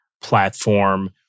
platform